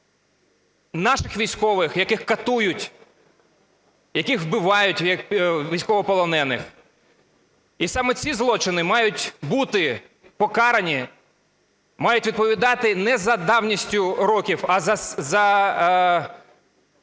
наших військових, яких катують, яких вбивають, військовополонених. І саме ці злочини мають бути покарані, мають відповідати не за давністю років, а за